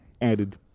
Added